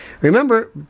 Remember